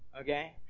Okay